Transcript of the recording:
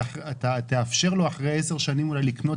אתה תאפשר לו אחרי 10 שנים אולי לקנות